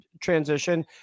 transition